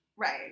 Right